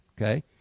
Okay